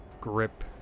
grip